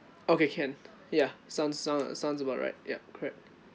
okay can ya sound sound sounds about right ya correct